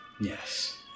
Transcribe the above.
Yes